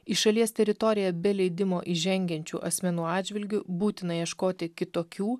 į šalies teritoriją be leidimo įžengiančių asmenų atžvilgiu būtina ieškoti kitokių